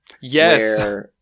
Yes